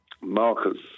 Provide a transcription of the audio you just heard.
Marcus